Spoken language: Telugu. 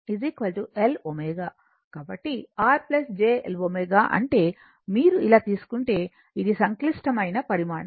కాబట్టి R j L ω అంటే మీరు ఇలా తీసుకుంటే ఇది సంక్లిష్టమైన పరిమాణం